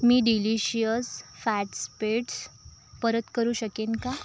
मी delicious fat spreads परत करू शकेन का